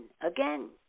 again